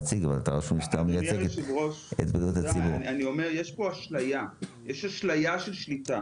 אדוני היושב ראש, יש פה אשליה של שליטה.